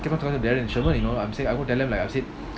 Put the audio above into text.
keep on talking to darren I go tell them like